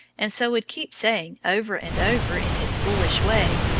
and so would keep saying over and over in his foolish way,